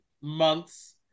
months